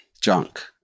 junk